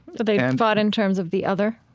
they thought in terms of the other?